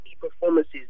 performances